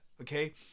okay